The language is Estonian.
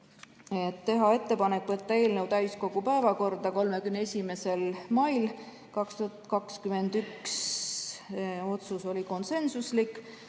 teha ettepanek võtta eelnõu täiskogu päevakorda 31. maiks 2021 (otsus oli konsensuslik),